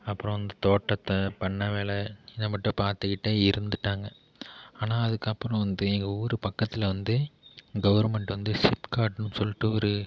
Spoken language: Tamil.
அப்புறம் அந்த தோட்டத்தை பண்ணை வேலை இதை மட்டும் பார்த்துக்கிட்டே இருந்துட்டாங்க ஆனால் அதுக்கப்புறம் வந்து எங்கவூர் பக்கத்தில் வந்து கவர்மெண்ட் வந்து ஸிப்காட்ன்னு சொல்லிட்டு ஒரு